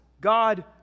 God